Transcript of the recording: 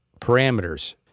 parameters